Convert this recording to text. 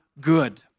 good